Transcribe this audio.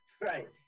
right